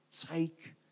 Take